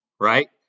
Right